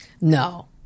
No